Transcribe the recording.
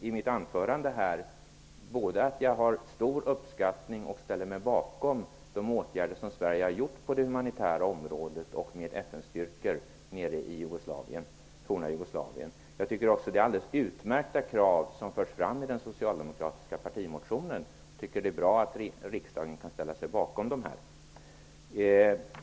I mitt anförande sade jag att jag både uppskattar och ställer mig bakom de åtgärder som Sverige har vidtagit på det humanitära området, och när det gäller FN-styrkor, nere i det forna Jugoslavien. Jag tycker också att det är alldeles utmärkta krav som förs fram i den socialdemokratiska partimotionen. Det är bra att riksdagen kan ställa sig bakom den.